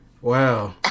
wow